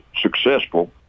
successful